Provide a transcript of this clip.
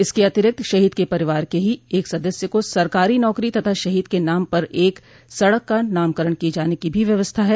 इसके अतिरिक्त शहीद के परिवार के एक सदस्य को सरकारी नौकरी तथा शहीद के नाम पर एक सड़क का नामकरण किये जाने की भी व्यवस्था है